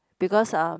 because uh